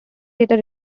data